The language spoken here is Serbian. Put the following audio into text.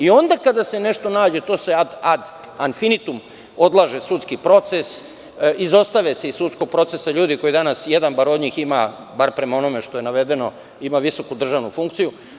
Onda kada se nešto nađe to se ad anfinitumodlaže sudski proces, izostave se iz sudskog procesa ljudi, bar jedan od onih koji ima, prema onome što je navedeno, visoku državnu funkciju.